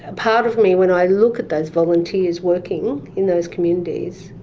ah part of me when i look at those volunteers working in those communities,